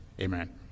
Amen